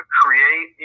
create